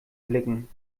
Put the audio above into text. blicken